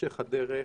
בהמשך הדרך.